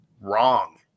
wrong